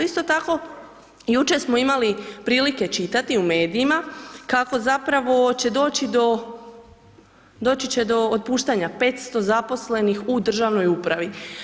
Isto tako, jučer smo imali prilike čitati u medijima kako zapravo će doći do, doći će do otpuštanja 500 zaposlenih u državnoj upravi.